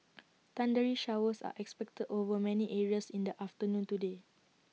thundery showers are expected over many areas in the afternoon today